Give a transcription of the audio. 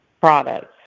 products